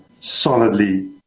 solidly